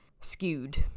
skewed